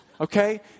okay